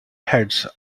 heads